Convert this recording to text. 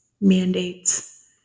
mandates